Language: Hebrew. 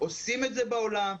עושים את זה בעולם,